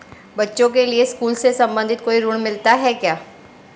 बच्चों के लिए स्कूल से संबंधित कोई ऋण मिलता है क्या?